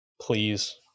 please